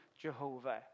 Jehovah